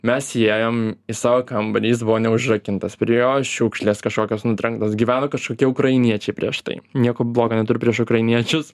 mes įėjom į savo kambarį jis buvo neužrakintas prie jo šiukšlės kažkokios nutrenktos gyveno kažkokie ukrainiečiai prieš tai nieko bloga neturiu prieš ukrainiečius